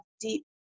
deep